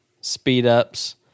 speed-ups